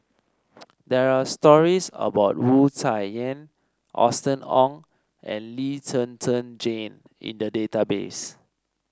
there are stories about Wu Tsai Yen Austen Ong and Lee Zhen Zhen Jane in the database